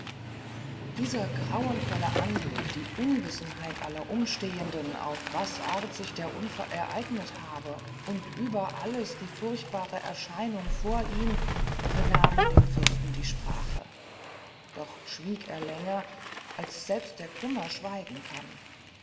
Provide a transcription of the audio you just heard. dieser grauenvolle anblick die unwissenheit aller umstehenden auf was art sich der unfall ereignet habe und über alles die furchtbare erscheinung vor ihm benahmen dem fürsten die sprache doch schwieg er länger als selbst der kummer schweigen kann